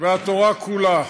והתורה כולה.